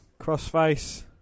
Crossface